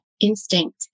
instinct